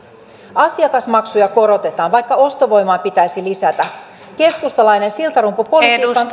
asiakasmaksuja korotetaan vaikka ostovoimaa pitäisi lisätä keskustalainen siltarumpupolitiikka on